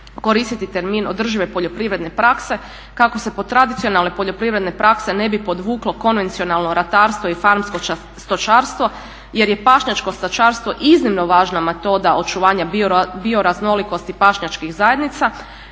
koristiti termin održive poljoprivredne prakse kako se pod tradicionalne poljoprivredne prakse ne bi podvuklo konvencionalno ratarstvo i farmsko stočarstvo, jer je pašnjačko stočarstvo iznimno važna metoda očuvanja bioraznolikosti pašnjačkih zajednica.